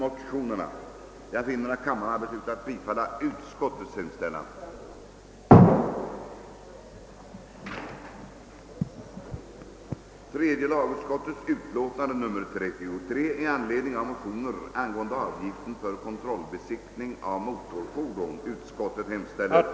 Åtgärder för att åstadkomma bärkraftiga och effektiva familjejordbruk Maj:t måtte uttala att det fortsatta arbetet för jordbrukets rationalisering i främsta hand borde inriktas på åstadkommande av bärkraftiga och effektiva familjejordbruk.